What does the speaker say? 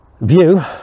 view